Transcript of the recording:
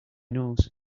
nose